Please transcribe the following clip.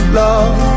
love